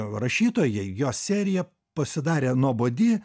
rašytojai jos serija pasidarė nuobodi